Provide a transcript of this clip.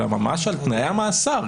אלא ממש על תנאי המאסר.